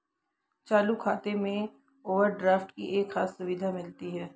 चालू खाता में ओवरड्राफ्ट की एक खास सुविधा मिलती है